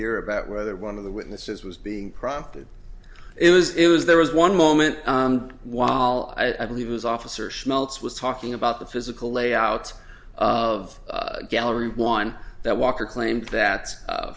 here about whether one of the witnesses was being prompted it was it was there was one moment while i believe it was officer schmaltz was talking about the physical layout of gallery one that walker claimed that